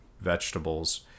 vegetables